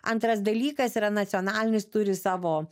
antras dalykas yra nacionalinis turi savo